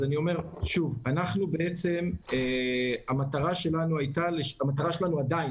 אז אני אומר שוב: המטרה שלנו בעצם